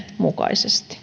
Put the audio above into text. mukaisesti